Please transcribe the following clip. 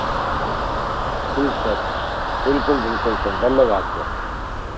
हाँ ठीक सर बिल्कुल बिल्कुल सर धन्यवाद सर